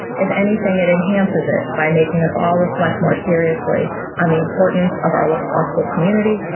if anything it enhances it by making us all reflect more seriously on the importance of our law ah school community,